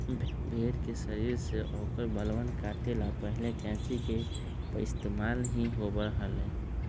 भेड़ के शरीर से औकर बलवन के काटे ला पहले कैंची के पइस्तेमाल ही होबा हलय